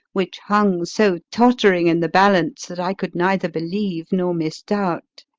which hung so tott'ring in the balance that i could neither believe nor misdoubt.